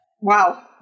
Wow